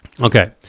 Okay